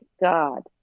God